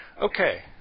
Okay